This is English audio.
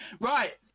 Right